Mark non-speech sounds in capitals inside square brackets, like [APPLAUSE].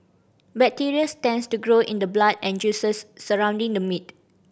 bacteria [UNINTELLIGIBLE] tends to grow in the blood and juices surrounding the meat